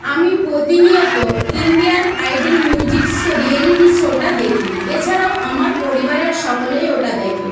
আমি প্রতিনিয়ত Indian idol music show reality শোটা দেখি এছাড়াও আমার পরিবারের সকলেই ওটা দেখে